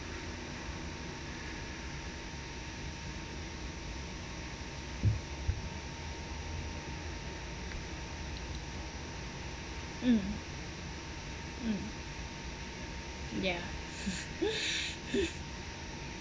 mm ya